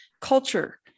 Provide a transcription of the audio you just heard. culture